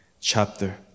chapter